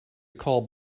call